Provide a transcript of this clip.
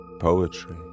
poetry